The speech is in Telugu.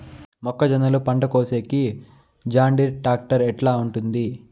మొక్కజొన్నలు పంట కోసేకి జాన్డీర్ టాక్టర్ ఎట్లా ఉంటుంది?